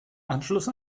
anschluss